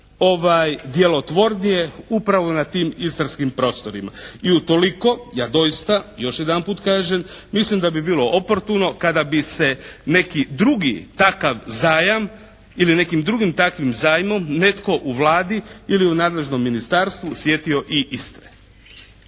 najdjelotvornije upravo na tim istarskim prostorima. I utoliko ja doista još jedanput kažem, mislim da bi bilo oportuno kada bi se neki drugi takav zajam ili nekim drugim takvim zajmom netko u Vladi ili u nadležnom ministarstvu sjetio i Istre.